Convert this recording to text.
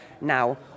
Now